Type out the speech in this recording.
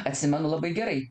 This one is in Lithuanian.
atsimenu labai gerai